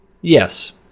Yes